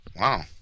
Wow